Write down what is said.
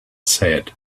said